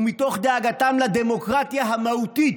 ומתוך דאגתם לדמוקרטיה המהותית,